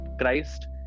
Christ